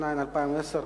התש"ע 2010,